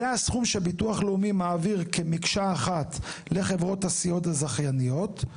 הסכום שביטוח לאומי מעביר כמקשה אחת לחברות הסיעוד הזכייניות.